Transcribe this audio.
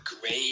great